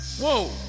Whoa